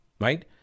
Right